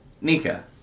Nika